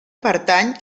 pertany